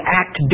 act